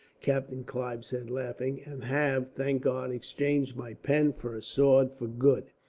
captain clive said, laughing, and have, thank god, exchanged my pen for a sword, for good.